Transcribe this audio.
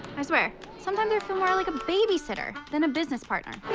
i swear, sometimes i feel more like a babysitter than a business partner.